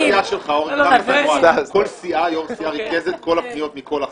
כל יושב-ראש סיעה ריכז את כל הפניות מכל הח"כים,